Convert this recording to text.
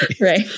Right